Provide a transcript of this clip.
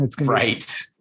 Right